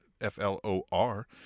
F-L-O-R